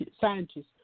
scientists